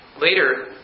Later